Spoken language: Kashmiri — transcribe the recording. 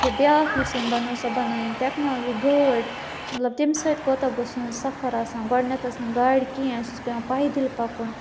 یا بیٛاکھ یُس أمۍ بَنو سۄ بَنٲو أمۍ ٹیکالجی گٲڑۍ مطلَب تَمہِ سۭتۍ کوتاہ گوٚو سون سفَر آسان گۄڈٕنٮ۪تھ ٲس نہٕ گاڑِ کِہیٖنٛۍ اَسہِ اوس پٮ۪وان پَایدٕلۍ پَکُن